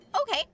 Okay